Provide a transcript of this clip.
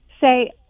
say